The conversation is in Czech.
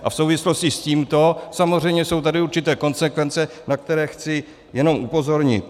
A v souvislosti s tímto samozřejmě jsou tady určité konsekvence, na které chci jenom upozornit.